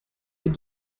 est